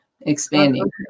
expanding